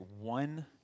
one